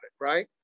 right